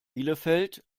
bielefeld